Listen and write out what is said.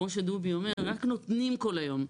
כמו שדובי אומר, רק נותנים כל היום.